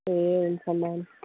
ए हुन्छ ल ल